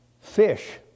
fish